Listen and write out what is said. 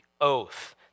oath